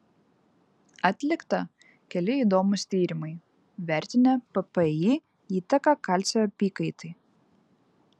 atlikta keli įdomūs tyrimai vertinę ppi įtaką kalcio apykaitai